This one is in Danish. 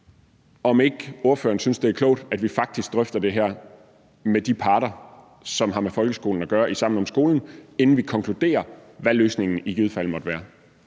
om ikke ordføreren synes, det er klogt, at vi faktisk drøfter det her med de parter, som har med folkeskolen at gøre i Sammen om skolen, inden vi konkluderer, hvad løsningen i givet fald måtte være.